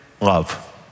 love